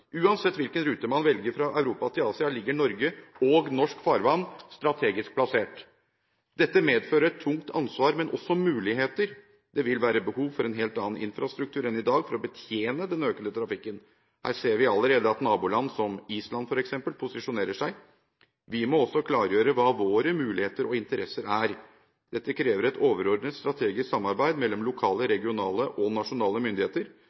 Uansett hvilken rute man velger fra Europa til Asia, ligger Norge og norsk farvann strategisk plassert. Dette medfører et tungt ansvar, men også muligheter. Det vil være behov for en helt annen infrastruktur enn i dag for å betjene den økende trafikken. Her ser vi allerede at naboland, som Island f.eks., posisjonerer seg. Vi må også klargjøre hva våre muligheter og våre interesser er. Dette krever et overordnet strategisk samarbeid mellom lokale, regionale og nasjonale myndigheter,